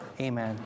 amen